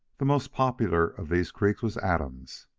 the most popular of these creeks was adams.